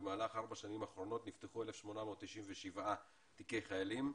במהלך ארבע השנים האחרונות נפתחו 1,897 תיקי חיילים,